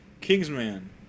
Kingsman